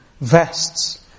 vests